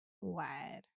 wide